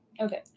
Okay